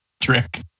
trick